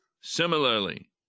Similarly